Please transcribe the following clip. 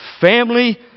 family